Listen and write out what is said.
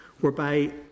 whereby